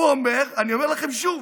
אני אומר לכם שוב: